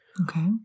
Okay